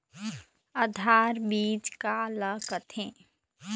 आधार बीज का ला कथें?